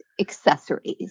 accessories